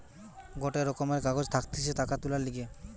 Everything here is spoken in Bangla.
গটে রকমের কাগজ থাকতিছে টাকা তুলার লিগে